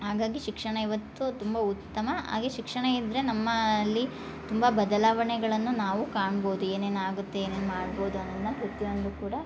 ಹಾಗಾಗಿ ಶಿಕ್ಷಣ ಇವತ್ತು ತುಂಬ ಉತ್ತಮ ಹಾಗೆ ಶಿಕ್ಷಣ ಇದ್ದರೆ ನಮ್ಮಲ್ಲಿ ತುಂಬ ಬದಲಾವಣೆಗಳನ್ನು ನಾವು ಕಾಣ್ಬೋದು ಏನೇನು ಆಗುತ್ತೆ ಏನೇನು ಮಾಡ್ಬೋದು ಅನ್ನೋದ್ನ ಪ್ರತಿಯೊಂದು ಕೂಡ